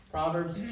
Proverbs